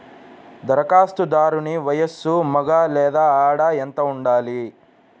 ధరఖాస్తుదారుని వయస్సు మగ లేదా ఆడ ఎంత ఉండాలి?